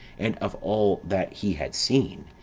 and of all that he had seen,